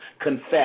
confess